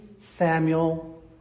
Samuel